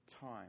time